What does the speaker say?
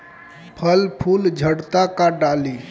फल फूल झड़ता का डाली?